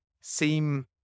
seem